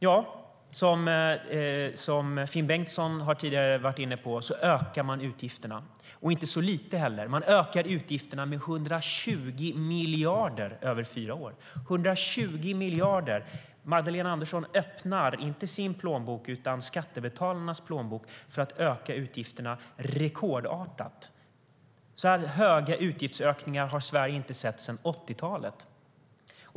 Ja, som Finn Bengtsson tidigare var inne på ökar man utgifterna - och inte så lite heller. Man ökar utgifterna med 120 miljarder över fyra år. 120 miljarder! Magdalena Andersson öppnar inte sin plånbok utan skattebetalarnas plånböcker för att öka utgifterna rekordartat. Så här stora utgiftsökningar har Sverige inte sett sedan 80-talet.